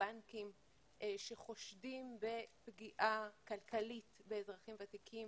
בנקים - שחושדים בפגיעה כלכלית באזרחים ותיקים